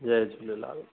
Jay Jhulelal